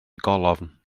golofn